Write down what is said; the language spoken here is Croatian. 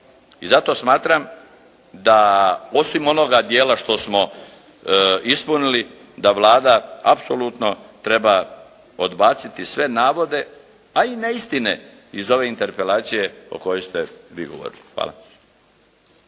I zato smatram da osim onoga dijela što smo ispunili, da Vlada apsolutno treba odbaciti sve navode, a i neistine iz ove Interpelacije o kojoj ste vi govorili. Hvala.